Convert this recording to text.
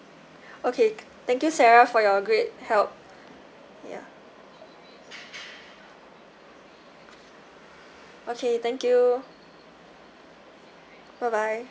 okay thank you sarah for your great help ya okay thank you bye bye